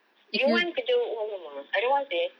you want kira work from home ah I don't want seh